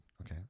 okay